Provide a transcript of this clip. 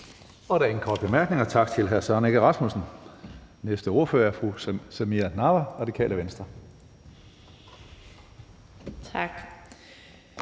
Der er ingen korte bemærkninger. Tak til hr. Søren Egge Rasmussen. Næste ordfører er fru Samira Nawa, Radikale Venstre. Kl.